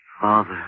Father